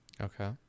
Okay